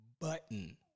button